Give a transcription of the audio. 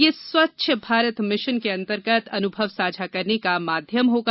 यह स्वच्छ भारत मिशन के अंतर्गत अनुभव साझा करने का माध्यम होगा